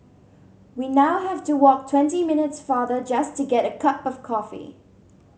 we now have to walk twenty minutes farther just to get a cup of coffee